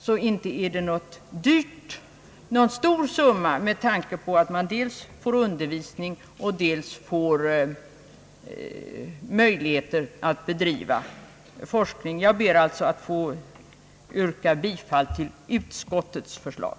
Det är heller inte fråga om någon stor summa, med tanke på att man för pengarna får dels undervisning, dels möjligheter att bedriva forskning. Jag ber att få yrka bifall till utskottets förslag.